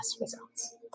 results